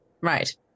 Right